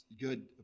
good